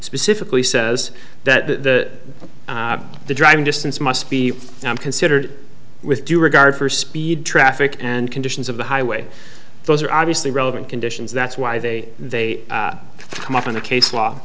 specifically says that the driving distance must be considered with due regard for speed traffic and conditions of the highway those are obviously relevant conditions that's why they they come up on the case law